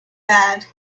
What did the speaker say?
bad